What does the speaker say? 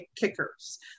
kickers